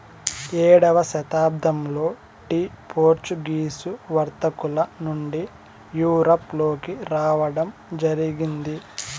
ఏడవ శతాబ్దంలో tea Portuguese వర్తకుల నుండి యూరప్ లోకి రావడం జరిగింది